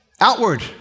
Outward